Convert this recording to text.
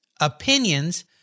opinions